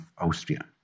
Austria